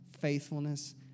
faithfulness